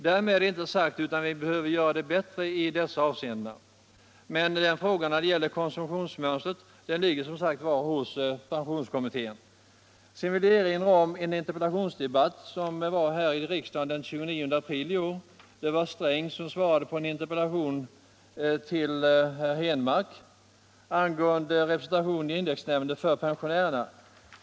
Därmed är inte sagt att vi inte behöver göra det bättre i dessa avseenden. Men frågan som gäller konsumtionsmönstret ligger som sagt hos pensionskommittén. Sedan vill jag erinra om en interpellationsdebatt som ägde rum här i riksdagen den 29 april i år. Herr Sträng svarade på en interpellation av herr Henmark angående representation i indexnämnden för pensionärerna.